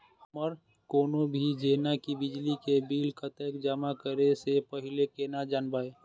हमर कोनो भी जेना की बिजली के बिल कतैक जमा करे से पहीले केना जानबै?